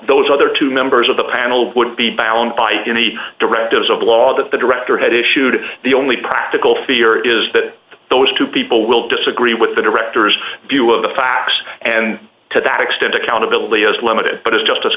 those other two members of the panel would be balanced by any directives of law that the director had issued the only practical fear is that those two people will disagree with the director's view of the facts and to that extent accountability is limited but as justice